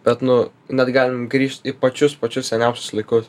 bet nu net galim grįžt į pačius pačius seniausius laikus